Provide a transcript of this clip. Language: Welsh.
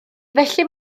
felly